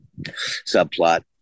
subplot